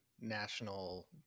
national